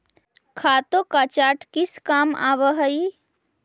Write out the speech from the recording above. खातों का चार्ट किस काम आवअ हई